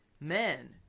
men